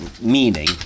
meaning